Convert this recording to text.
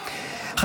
בדיוק.